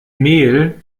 mail